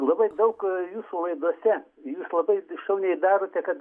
labai daug jūsų laidose jūs labai šauniai darote kad